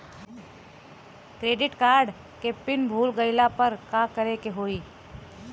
Credit card के PIN भूल गईला पर का करे के होई?